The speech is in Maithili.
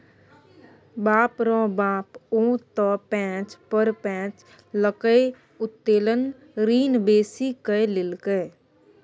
बाप रौ बाप ओ त पैंच पर पैंच लकए उत्तोलन ऋण बेसी कए लेलक